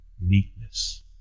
Meekness